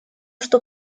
что